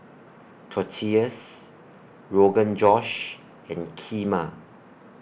Tortillas Rogan Josh and Kheema